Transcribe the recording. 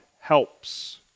helps